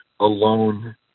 alone